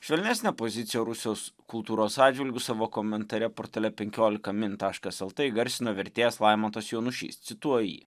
švelnesnę poziciją rusijos kultūros atžvilgiu savo komentare portale penkiolika min taškas lt įgarsino vertėjas laimontas jonušys cituoju jį